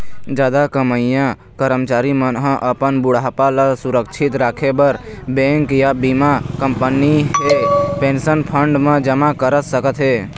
जादा कमईया करमचारी मन ह अपन बुढ़ापा ल सुरक्छित राखे बर बेंक या बीमा कंपनी हे पेंशन फंड म जमा कर सकत हे